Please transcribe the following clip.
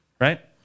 right